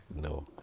No